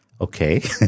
okay